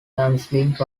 thameslink